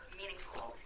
meaningful